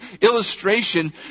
illustration